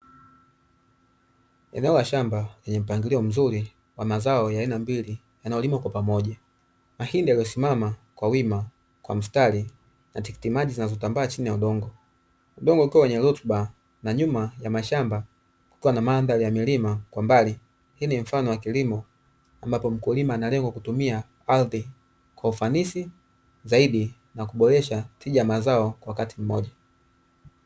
Eneo la shamba lenye mpangilio mzuri wa mazao ya aina mbili yanayolimwa kwa pamoja mahindi yaliyosimama kwa wima kwa mstari na tikiti maji zinazotambaa chini ya udongo. Udongo ukiwa wenye rutuba na nyuma ya mashamba kuna mandhari ya milima kwa mbali, hii ni mfano wa kilimo ambapo mkulima analenga kutumia ardhi kwa ufanisi zaidi na kuboresha tija ya mazao kwa wakati mmoja.